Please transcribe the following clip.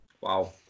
Wow